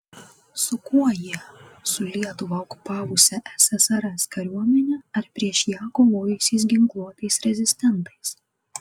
su kuo jie su lietuvą okupavusia ssrs kariuomene ar prieš ją kovojusiais ginkluotais rezistentais